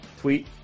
Tweet